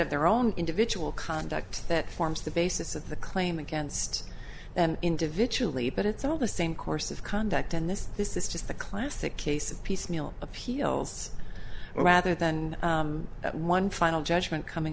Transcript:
of their own individual conduct that forms the basis of the claim against them individually but it's all the same course of conduct and this this is just the classic case of piecemeal appeals rather than one final judgment coming